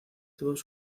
todos